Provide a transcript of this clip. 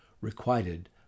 requited